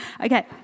Okay